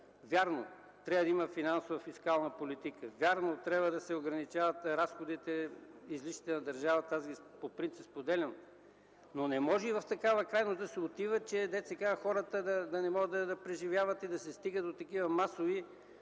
Вярно, трябва да има финансова фискална политика. Вярно, трябва да се ограничават излишните разходи на държавата, което споделям по принцип. Но не може и в такава крайност да се отива – хората да не могат да преживяват, да се стига до такива масови